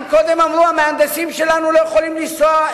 אם קודם אמרו: המהנדסים שלנו לא יכולים לנסוע,